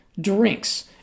drinks